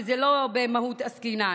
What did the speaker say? למרות שזה לא במהות עסקינן,